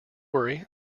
worry